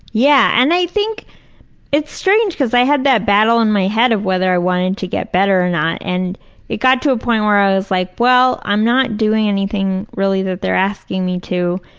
yeah, and i think it's strange because i had that battle in my head of whether i wanted to get better or not. and it got to a point of where i was like, well i'm not doing anything really that they're asking me to.